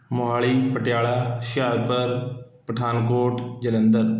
Mohali Patiala Hoshiarpur Pathankot Jalandhar